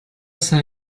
сайн